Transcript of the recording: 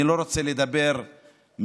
אני לא רוצה לדבר מהכתוב,